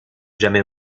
jamais